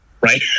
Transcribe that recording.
right